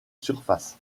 surface